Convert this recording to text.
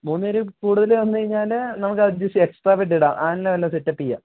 മൂന്ന് പേരിൽ കൂടുതൽ വന്നുകഴിഞ്ഞാൽ നമുക്ക് അഡ്ജസ്റ്റ് ചെയ്യാം എക്സ്ട്രാ ബെഡ് ഇടാം ആതിൻ്റെ വില്ല സെറ്റപ്പ് ചെയ്യാം